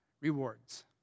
rewards